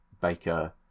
Baker